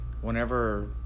whenever